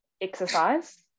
exercise